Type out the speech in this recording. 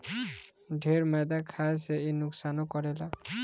ढेर मैदा खाए से इ नुकसानो करेला